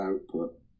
output